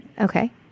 Okay